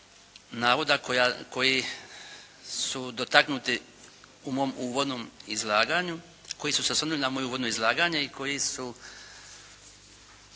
koji su dotaknuti u mom uvodnom izlaganju, koji su se osvrnuli na moje uvodno izlaganje i koji su